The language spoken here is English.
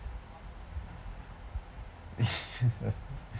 -EMPTY